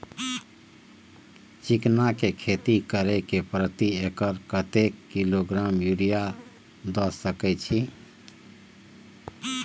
चिकना के खेती करे से प्रति एकर कतेक किलोग्राम यूरिया द सके छी?